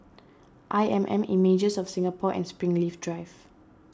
I M M Images of Singapore and Springleaf Drive